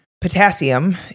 potassium